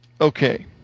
Okay